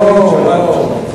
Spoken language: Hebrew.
לא היית.